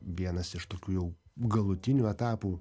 vienas iš tokių jau galutinių etapų